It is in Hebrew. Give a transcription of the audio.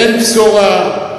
אין בשורה,